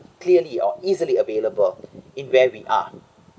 clearly or easily available in where we are